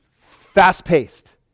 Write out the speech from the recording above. fast-paced